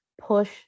push